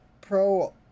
pro